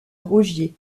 rogier